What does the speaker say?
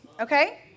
okay